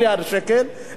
אלא יעשה 6%,